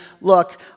Look